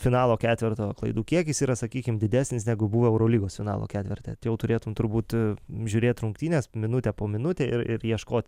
finalo ketverto klaidų kiekis yra sakykim didesnis negu buvo eurolygos finalo ketverte jau turėtum turbūt žiūrėt rungtynes minutę po minutę ir ir ieškoti